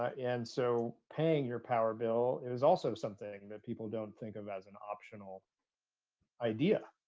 ah and so paying your power bill, it is also something that people don't think of as an optional idea,